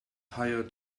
hired